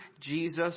Jesus